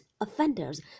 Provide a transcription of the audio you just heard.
offenders